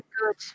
good